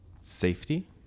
Safety